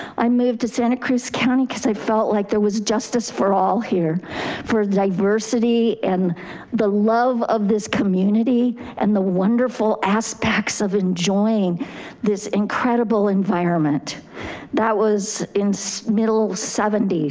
i moved to santa cruz county cause i felt like there was justice for all here for the diversity and the love of this community and the wonderful aspects of enjoying this incredible environment that was in so middle seventy